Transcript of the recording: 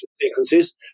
sequences